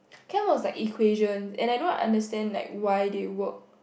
chem was like equation and I don't understand like why they work